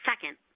Second